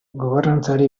gobernantzari